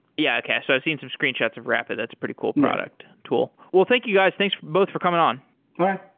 yeah. okay. so i've seen some screenshots of rapid, that's a pretty cool product, tool. well, thank you guys. thanks both for coming on. all right.